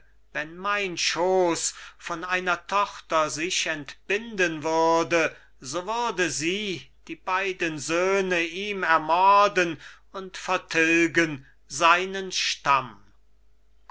wenn mein schooß von einer tochter sich entbinden würde so würde sie die beiden söhne ihm ermorden und vertilgen seinen stamm